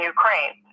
Ukraine